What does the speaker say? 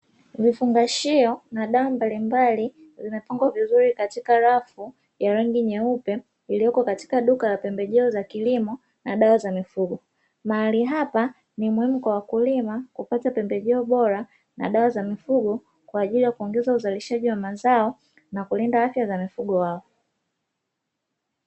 Vifungashio na dawa mbalimbali zimepangwa vizuri katika rafu ya rangi nyeupe iliyopo katika duka la pembejeo za kilimo na dawa za mifugo. Mahali hapa ni muhimu kwa wakulima kupata pembejeo bora na dawa za mifugo kwaajili ya kuongeza uzalishaji wa mazao na kulinda afya za mifugo yao.